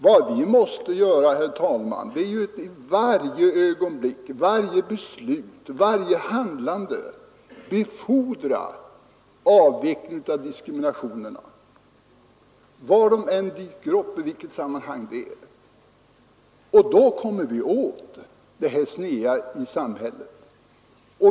Vad vi måste göra, herr talman, är att i varje ögonblick, varje beslut och varje handlande befordra avveckling av diskriminering var den än dyker upp. På så sätt kommer vi åt det här sneda i samhället.